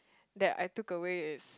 that I took away is